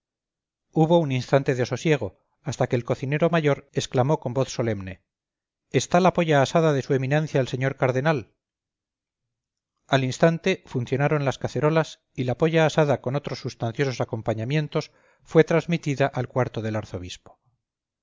hubo un instante de sosiego hasta que el cocinero mayor exclamó con voz solemne está la polla asada de su eminencia el señor cardenal al instante funcionaron las cacerolas y la polla asada con otros sustanciosos acompañamientos fue transmitida al cuarto del arzobispo